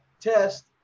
Test